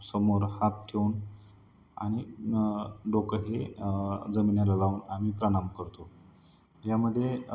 समोर हात ठेवून आणि डोकं हे जमिनीला लावून आम्ही प्रणाम करतो यामध्ये